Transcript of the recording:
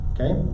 Okay